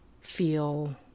feel